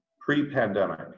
pre-pandemic